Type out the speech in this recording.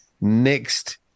next